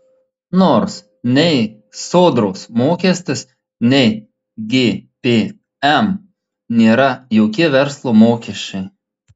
nors nei sodros mokestis nei gpm nėra jokie verslo mokesčiai